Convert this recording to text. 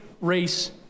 race